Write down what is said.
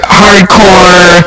hardcore